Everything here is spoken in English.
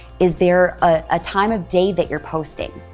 is there a time of day that you're posting?